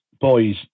boys